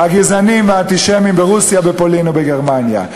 הגזענים והאנטישמים ברוסיה, בפולין ובגרמניה.